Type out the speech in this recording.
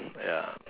ya